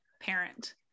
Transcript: parent